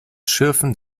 schürfen